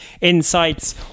insights